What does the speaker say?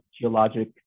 geologic